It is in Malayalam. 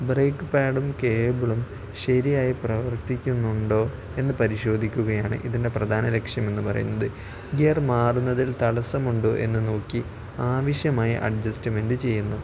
ബ്രേക്ക് പാഡും കേബിളും ശരിയായി പ്രവർത്തിക്കുന്നുണ്ടോ എന്ന് പരിശോധിക്കുകയാണ് ഇതിൻ്റെ പ്രധാന ലക്ഷ്യം എന്ന് പറയുന്നത് ഗിയർ മാറുന്നതിൽ തടസമുണ്ടോ എന്ന് നോക്കി ആവശ്യമായ അഡ്ജസ്റ്റ്മെൻറ് ചെയ്യുന്നു